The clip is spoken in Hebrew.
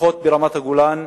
לפחות ברמת-הגולן,